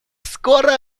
скоро